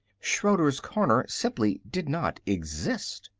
schroeder's corner simply did not exist.